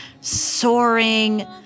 soaring